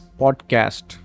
podcast